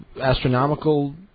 astronomical